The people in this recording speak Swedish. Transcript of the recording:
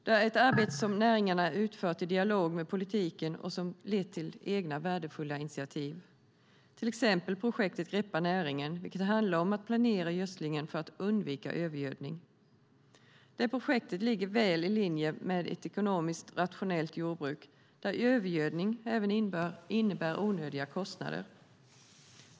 Det är ett arbete som näringarna har utfört i dialog med politiken och som har lett till egna värdefulla initiativ, till exempel Greppa näringen, vilket handlar om att planera gödslingen för att undvika övergödning. Detta projekt ligger väl i linje med ett ekonomiskt rationellt jordbruk, där övergödning även innebär onödiga kostnader.